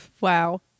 Wow